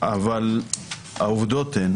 אבל העובדות הן